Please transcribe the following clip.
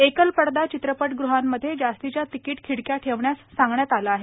एकल पडदा चित्रपटगृहांमध्ये जास्तीच्या तिकीट खिडक्या ठेवण्यास सांगण्यात आलं आहे